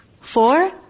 four